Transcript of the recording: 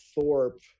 Thorpe